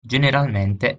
generalmente